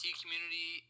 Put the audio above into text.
community